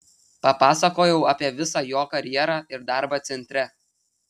papasakojau apie visą jos karjerą ir darbą centre